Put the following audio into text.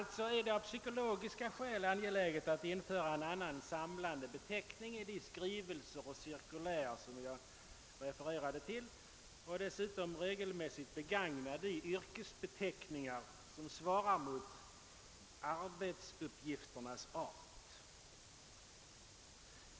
Det är alltså av psykologiska skäl angeläget att införa en annan samlande beteckning i de skrivelser och cirkulär som jag har refererat till och dessutom att regelmässigt begagna de yrkesbeteckningar som svarar mot arbetsupp gifternas art.